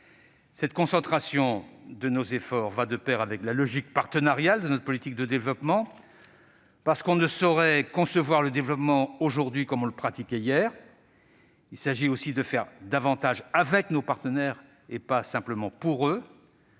Cette concentration de nos efforts va de pair avec la logique partenariale de notre politique de développement. On ne saurait concevoir le développement aujourd'hui comme on le pratiquait hier. Il s'agit de faire davantage avec nos partenaires, et pas simplement pour eux.